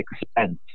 expense